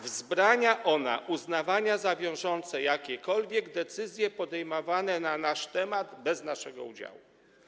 Wzbrania ona uznawania za wiążące jakichkolwiek decyzji podejmowanych na nasz temat bez naszego udziału.